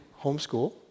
homeschool